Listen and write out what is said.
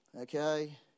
Okay